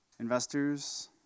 Investors